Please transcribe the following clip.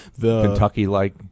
Kentucky-like